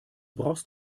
brauchst